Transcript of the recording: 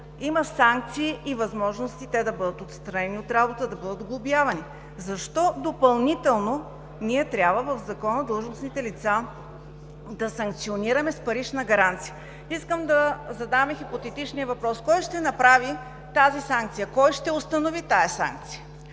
имат санкции и възможности те да бъдат отстранени от работа и да бъдат глобявани. Защо трябва допълнително в Закона длъжностните лица да санкционираме с парична глоба? Искам да задам и хипотетичния въпрос: кой ще направи тази санкция, кой ще установи тази санкция?